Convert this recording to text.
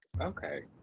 Okay